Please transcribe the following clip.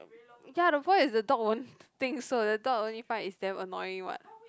ya the point is the dog won't think so the dog only find it's damn annoying what